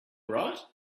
right